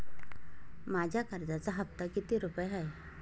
माझ्या कर्जाचा हफ्ता किती रुपये आहे?